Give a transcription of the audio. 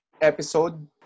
episode